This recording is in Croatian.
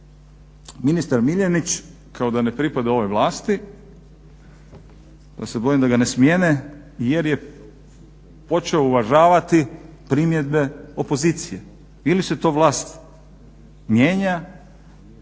ministar Miljenić kao da ne pripada ovoj vlasti jer se boji da ga ne smijene jer je počeo uvažavati primjedbe opozicije. Ili se to vlast mijenja